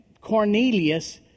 Cornelius